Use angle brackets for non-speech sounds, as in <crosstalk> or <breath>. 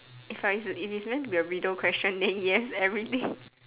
if I if it's meant to be a riddle question then yes everything <breath>